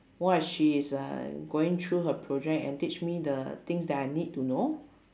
what she is uh going through her project and teach me the things that I need to know